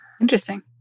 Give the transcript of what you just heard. Interesting